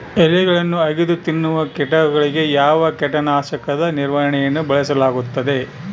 ಎಲೆಗಳನ್ನು ಅಗಿದು ತಿನ್ನುವ ಕೇಟಗಳಿಗೆ ಯಾವ ಕೇಟನಾಶಕದ ನಿರ್ವಹಣೆಯನ್ನು ಬಳಸಲಾಗುತ್ತದೆ?